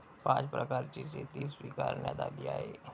पाच प्रकारची शेती स्वीकारण्यात आली आहे